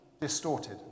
distorted